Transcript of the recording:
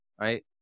Right